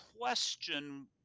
question